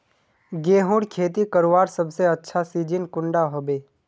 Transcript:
गेहूँर खेती करवार सबसे अच्छा सिजिन कुंडा होबे?